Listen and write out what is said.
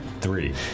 three